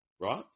Right